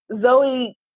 zoe